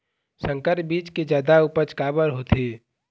संकर बीज के जादा उपज काबर होथे?